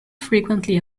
frequently